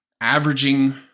averaging